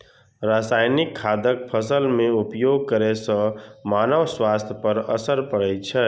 रासायनिक खादक फसल मे उपयोग करै सं मानव स्वास्थ्य पर असर पड़ै छै